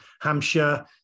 hampshire